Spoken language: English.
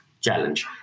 challenge